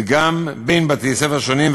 וגם בין בתי-ספר שונים,